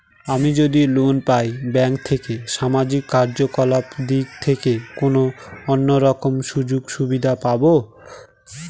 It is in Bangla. আমি যদি লোন পাই ব্যাংক থেকে সামাজিক কার্যকলাপ দিক থেকে কোনো অন্য রকম সুযোগ সুবিধা পাবো?